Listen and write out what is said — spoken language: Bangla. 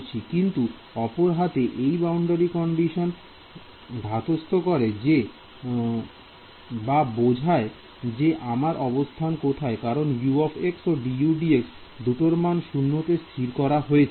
কিন্তু অপর হাতে এই বাউন্ডারি কন্ডিশন ধাতস্থ করে বা বোঝে যে আমার অবস্থান কোথায় কারণ U ও dUdx দুটোর মান 0 তে স্থির করা হয়েছে